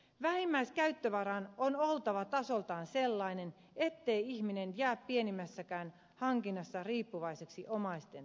vähimmäiskäyttövaran on oltava tasoltaan sellainen ettei ihminen jää pienimmässäkään hankinnassa riippuvaiseksi omaisten tuesta